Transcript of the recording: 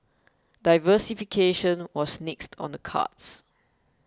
diversification was next on the cards